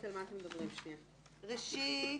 ראשית,